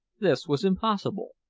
this was impossible.